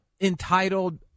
entitled